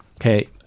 Okay